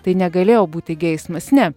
tai negalėjo būti geismas ne